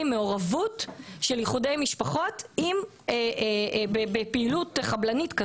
מעורבות של איחודי משפחות בפעילות חבלנית.